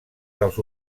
dels